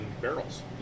barrels